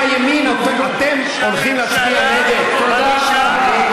אתם הימין, אתם הולכים להצביע נגד, תודה רבה.